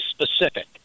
specific